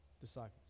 disciples